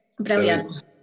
brilliant